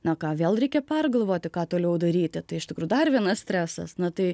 na ką vėl reikia pergalvoti ką toliau daryti tai iš tikrųjų dar vienas stresas na tai